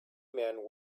men